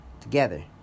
together